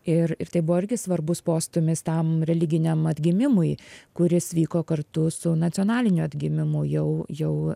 ir ir tai buvo irgi svarbus postūmis tam religiniam atgimimui kuris vyko kartu su nacionaliniu atgimimu jau jau